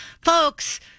Folks